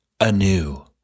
anew